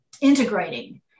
integrating